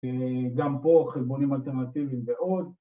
גם פה חלבונים אלטרנטיביים ועוד